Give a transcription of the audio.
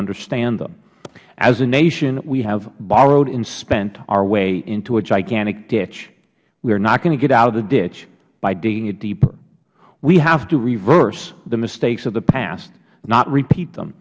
understand them as a nation we have borrowed and spent our way into a gigantic ditch we are not going to get out of the ditch by digging it deeper we have to reverse the mistakes of the past not repeat them